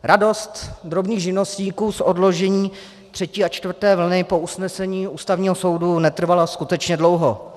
Radost drobných živnostníků z odložení třetí a čtvrté vlny po usnesení Ústavního soudu netrvala skutečně dlouho.